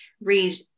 read